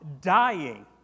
dying